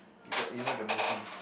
you got you know the movie